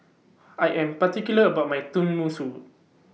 I Am particular about My Tenmusu